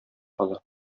кала